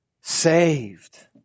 Saved